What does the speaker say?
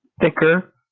Thicker